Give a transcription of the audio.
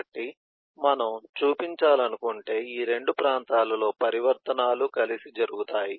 కాబట్టి మనము చూపించాలనుకుంటే ఈ రెండు ప్రాంతాలలో పరివర్తనాలు కలిసి జరుగుతాయి